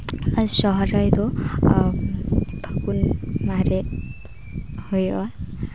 ᱟᱨ ᱥᱚᱦᱚᱨᱟᱭ ᱫᱚ ᱯᱷᱟᱹᱜᱩᱱ ᱵᱚᱸᱜᱟᱨᱮ ᱦᱩᱭᱩᱜᱼᱟ